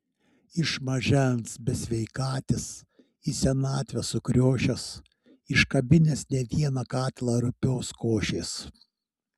iš mažens besveikatis į senatvę sukriošęs iškabinęs ne vieną katilą rupios košės